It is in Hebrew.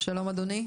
שלום אדוני.